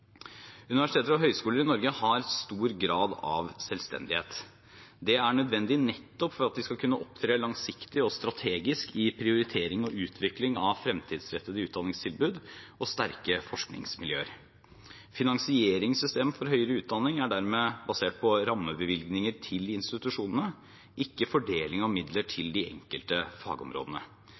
Universiteter og høyskoler i Norge har en stor grad av selvstendighet. Det er nødvendig nettopp for at de skal kunne opptre langsiktig og strategisk i prioritering og utvikling av fremtidsrettede utdanningstilbud og sterke forskningsmiljøer. Finansieringssystemet for høyere utdanning er dermed basert på rammebevilgninger til institusjonene, ikke på fordeling av midler til de enkelte fagområdene.